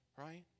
Right